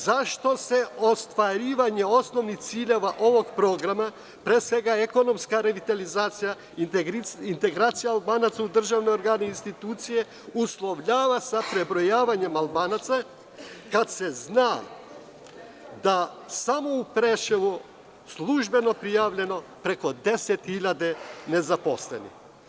Zašto se ostvarivanje osnovnih ciljeva ovog programa, pre svega ekonomska revitalizacija, integracija Albanaca u državne organe i institucije, uslovljava sa prebrojavanjem Albanaca, kada se zna da je samo u Preševu službeno prijavljeno preko deset hiljada zaposlenih?